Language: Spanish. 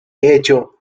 hecho